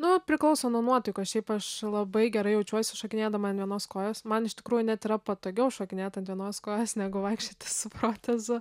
nu priklauso nuo nuotaikos šiaip aš labai gerai jaučiuosi šokinėdama ant vienos kojos man iš tikrųjų net yra patogiau šokinėti ant vienos kojos negu vaikščioti su protezu